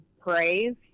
praise